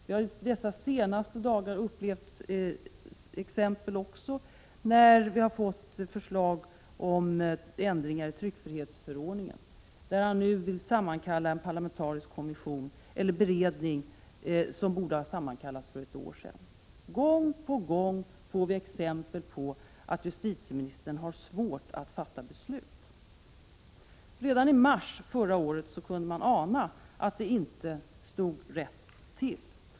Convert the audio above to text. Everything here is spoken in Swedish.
Under de senaste dagarna har vi också sett exempel på detta när vi har fått förslag om ändringar i tryckfrihetsförordningen. Justitieministern vill nu sammankalla en parlamentarisk beredning, som borde ha tillsatts för ett år sedan. Gång på gång får vi exempel på att justitieministern har svårt att fatta beslut. Redan i mars förra året kunde man ana att allt inte stod rätt till.